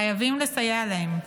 חייבים לסייע להם.